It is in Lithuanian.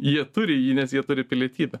jie turi jį nes jie turi pilietybę